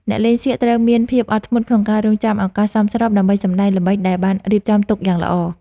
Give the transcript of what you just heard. អ្នកលេងសៀកត្រូវមានភាពអត់ធ្មត់ក្នុងការរង់ចាំឱកាសសមស្របដើម្បីសម្តែងល្បិចដែលបានរៀបចំទុកយ៉ាងល្អ។